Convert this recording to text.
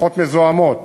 פחות מזהמות,